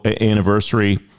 anniversary